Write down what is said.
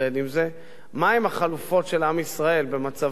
מה הן החלופות של עם ישראל במצב של משבר כזה?